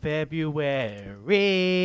February